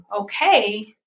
okay